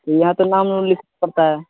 یہاں تو نام وام لکھنا پڑتا ہے